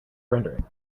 rendering